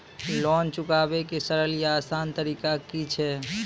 Loan चुकाबै के सरल या आसान तरीका की अछि?